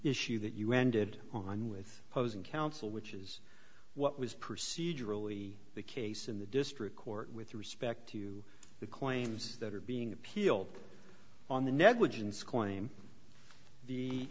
issue that you ended on with opposing counsel which is what was procedurally the case in the district court with respect to the claims that are being appealed on the negligence claim the